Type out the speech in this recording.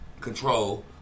Control